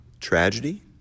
tragedy